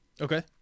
Okay